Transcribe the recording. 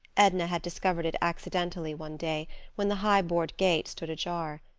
edna had discovered it accidentally one day when the high-board gate stood ajar.